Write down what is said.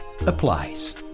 applies